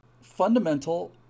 fundamental